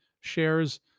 shares